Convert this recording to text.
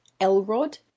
Elrod